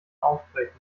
aufbrechen